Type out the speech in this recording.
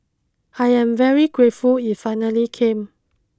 I am very grateful it finally came